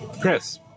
Chris